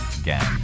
again